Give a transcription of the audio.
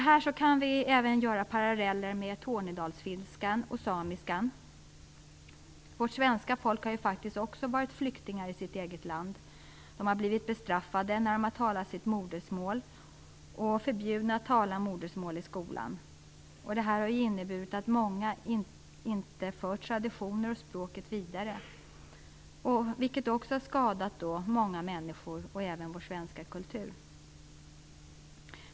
Vi kan även dra paralleller med tornedalsfinskan och samiskan. Också svenska medborgare har faktiskt varit flyktingar i sitt eget land. De har blivit bestraffade när de har talat sitt modersmål och förbjudna att tala modersmålet i skolan. Detta har ju nu inneburit att många inte för traditioner och språk vidare, vilket har skadat många människor och även vår svenska kultur.